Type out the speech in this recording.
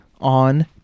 on